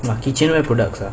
kitchen ware products ah